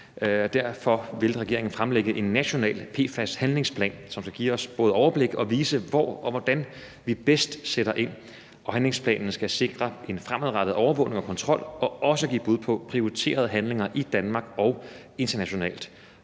Derfor vil regeringen fremlægge en national PFAS-handlingsplan, som kan give os både overblik og vise, hvor og hvordan vi bedst sætter ind, og handlingsplanen skal sikre en fremadrettet overvågning og kontrol og også give bud på prioriterede handlinger i Danmark og internationalt.